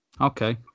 Okay